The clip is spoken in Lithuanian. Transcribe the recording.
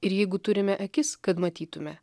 ir jeigu turime akis kad matytume